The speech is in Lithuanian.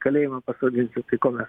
kalėjimą pasodins nu tai kuo mes